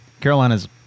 Carolina's